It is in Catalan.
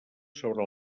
sobre